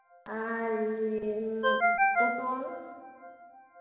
ᱟᱨ ᱯᱚᱴᱚᱞ